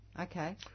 Okay